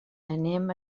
anem